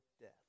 death